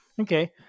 Okay